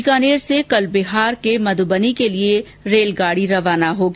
बीकानेर से कल बिहार के मध्यबनी के लिए रेलगाड़ी रवाना होगी